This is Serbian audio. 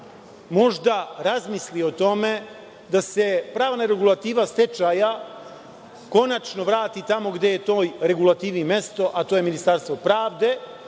možda razmisli o tome da se pravna regulativa stečaja konačno vrati tamo gde je toj regulativi mesto, a to je Ministarstvo pravde,